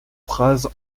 phrases